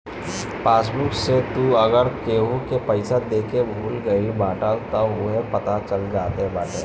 passbook से तू अगर केहू के पईसा देके भूला गईल बाटअ तअ उहो पता चल जात बाटे